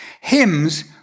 hymns